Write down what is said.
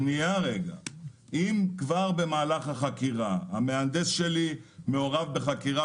אם כבר במהלך החקירה המהנדס שלי מעורב בחקירה